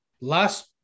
last